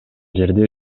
жерди